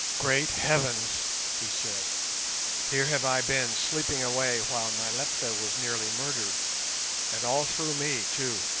great heavens he said here have i been sleeping away while nyleptha was nearly murdered and all through me, too.